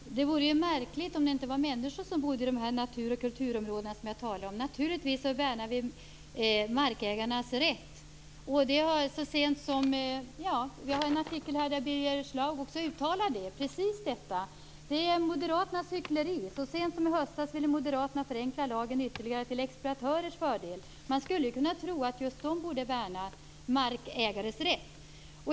Fru talman! Det vore märkligt om det inte var människor som bodde i de natur och kulturområden som jag talar om. Naturligtvis värnar vi markägarnas rätt. Birger Schlaug uttalar precis detta i en artikel. Han talar om moderaternas hyckleri. Han säger: Så sent som i höstas ville moderaterna förenkla lagen ytterligare till exploatörers fördel. Man skulle kunna tro att just de borde värna markägares rätt.